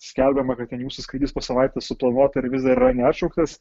skelbiama kad ten jūsų skrydis po savaitės suplanuota ir vis dar yra neatšauktas